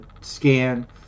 scan